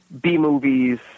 B-movies